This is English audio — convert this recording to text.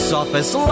office